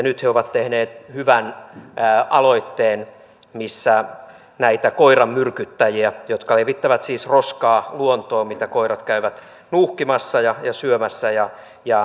nyt he ovat tehneet hyvän aloitteen missä näitä koiranmyrkyttäjiä jotka levittävät siis roskaa luontoon mitä koirat käyvät nuuhkimassa ja syömässä rankaistaisiin